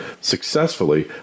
successfully